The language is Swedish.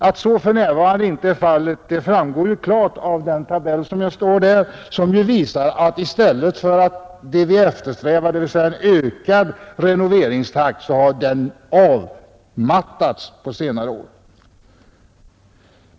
Att så för närvarande inte är fallet framgår klart av den tabell som nu syns på bildskärmen och som visar att renoveringstakten i stället för att öka, så som vi önskar, på senare år har avmattats.